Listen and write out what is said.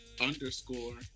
underscore